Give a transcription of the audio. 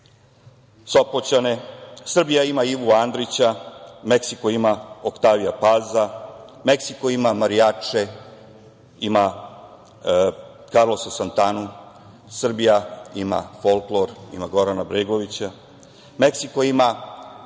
Sopoćane. Srbija ima Ivu Andrića, Meksiko ima Oktavija Paza. Meksiko ima marijače, ima Karlosa Santanu. Srbija ima foklor, ima Gorana Bregovića. Meksiko ima